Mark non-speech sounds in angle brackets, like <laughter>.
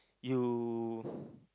you <breath>